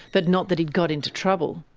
but not that he'd got into trouble.